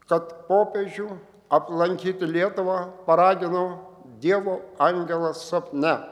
kad popiežių aplankyti lietuvą paragino dievo angelas sapne